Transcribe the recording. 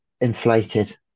inflated